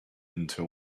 into